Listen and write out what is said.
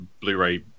Blu-ray